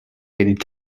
hated